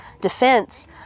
Defense